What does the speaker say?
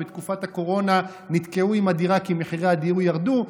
ובתקופת הקורונה נתקעו עם הדירה כי מחירי הדיור ירדו,